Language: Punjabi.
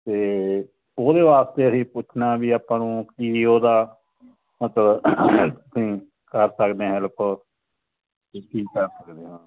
ਤੇ ਉਹਦੇ ਵਾਸਤੇ ਅਸੀਂ ਪੁੱਛਣਾ ਵੀ ਆਪਾਂ ਨੂੰ ਕੀ ਉਹਦਾ ਮਤਲਬ ਤੁਸੀਂ ਕਰ ਸਕਦੇ ਆ ਹੈਲਪ ਕੀ ਕਰ ਸਕਦੇ